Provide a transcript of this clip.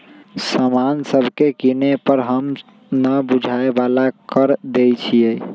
समान सभके किने पर हम न बूझाय बला कर देँई छियइ